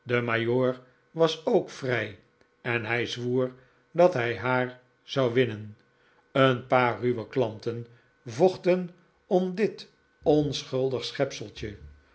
was ook vrij en hij zwoer dat hij haar zou winnen een paar ruwe klanten vochten om dit onschuldig